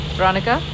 Veronica